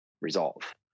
resolve